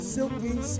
Silky